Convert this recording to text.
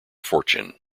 fortune